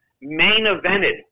main-evented